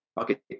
Okay